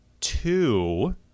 Two